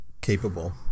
capable